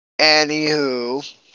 Anywho